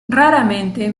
raramente